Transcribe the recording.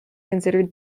considered